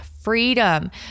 freedom